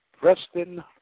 Preston